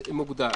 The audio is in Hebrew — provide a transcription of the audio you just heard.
קנס מוגדל,